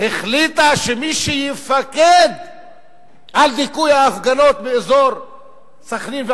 החליטה שמי שיפקד על דיכוי ההפגנות באזור סח'נין,